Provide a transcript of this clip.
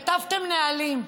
כתבתם נהלים.